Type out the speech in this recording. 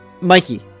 mikey